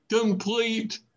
complete